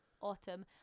autumn